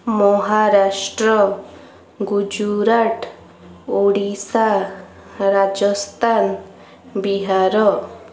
Maharashtra Gujarat Odisha Rajasthan Bihar